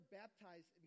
baptized